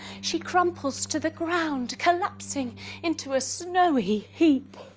she crumples to the ground collapsing into a snowy heap.